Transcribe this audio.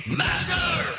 master